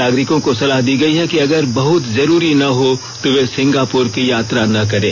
नागरिकों को सलाह दी गयी है कि अगर बहुत जरूरी न हो तो वे सिंगापुर की यात्रा न करें